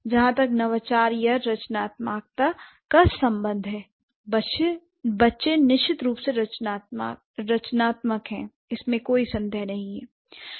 जहां तक नवाचार का या रचनात्मकता का संबंध है बच्चे निश्चित रूप से रचनात्मक हैं इसमें कोई संदेह नहीं है